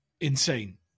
Insane